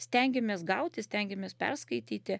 stengėmės gauti stengėmės perskaityti